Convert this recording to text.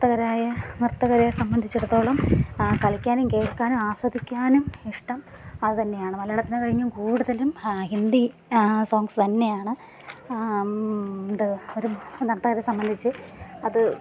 നർത്തകരായ നർത്തകരെ സംബന്ധിച്ചിടത്തോളം ആ കളിക്കാനും കേൾക്കാനും ആസ്വദിക്കാനും ഇഷ്ടം അത് തന്നെയാണ് മലയാളത്തിനെക്കഴിഞ്ഞും കൂടുതലും ഹിന്ദി സോങ്സ് തന്നെയാണ് ഇത് ഒരു നർത്തകരെ സംബന്ധിച്ച് അത്